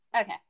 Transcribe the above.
Okay